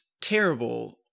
terrible